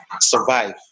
survive